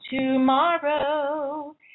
tomorrow